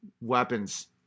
weapons